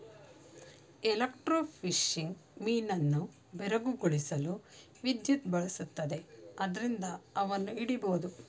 electrofishing ಮೀನನ್ನು ಬೆರಗುಗೊಳಿಸಲು ವಿದ್ಯುತ್ ಬಳಸುತ್ತದೆ ಆದ್ರಿಂದ ಅವನ್ನು ಹಿಡಿಬೋದು